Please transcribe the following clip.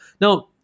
Now